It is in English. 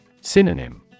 Synonym